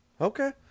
Okay